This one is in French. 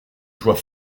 joie